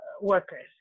workers